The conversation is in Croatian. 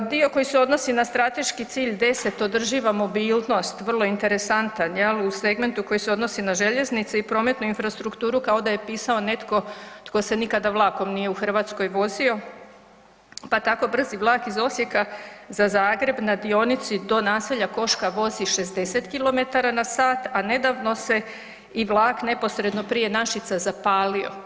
Dio koji se odnosi na strateški cilj 10, održiva mobilnost vrlo interesantan jel u segmentu koji se odnosi na željeznice i prometnu infrastrukturu kao da je pisao netko tko se nikada vlakom nije u Hrvatskoj vozio pa tako brzi vlak iz Osijeka za Zagreb na dionici do naselja Koška vozi 60 km/h, a nedavno se i vlak neposredno prije Našica zapalio.